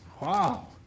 Wow